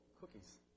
cookies